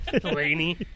Delaney